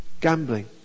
gambling